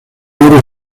honor